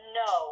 no